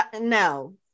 No